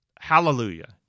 Hallelujah